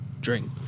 Drink